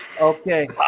Okay